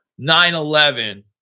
9-11